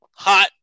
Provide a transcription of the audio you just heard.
Hot